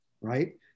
right